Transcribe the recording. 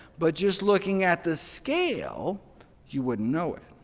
but just looking at the scale you wouldn't know it.